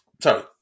sorry